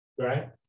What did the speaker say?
right